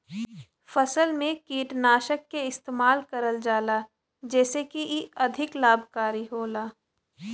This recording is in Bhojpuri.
फसल में कीटनाशक के इस्तेमाल करल जाला जेसे की इ अधिक लाभकारी होला